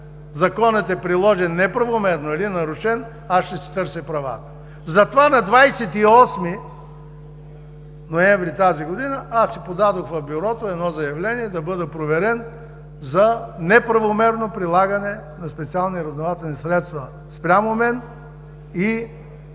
законът е приложен неправомерно или нарушен, аз ще си търся правата. Затова на 28 ноември 2017 г. подадох в Бюрото едно заявление да бъда проверен за неправомерно прилагане на специални разузнавателни средства спрямо мен и